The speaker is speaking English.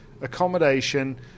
accommodation